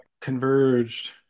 converged